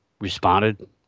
responded